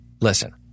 listen